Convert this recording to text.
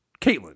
Caitlin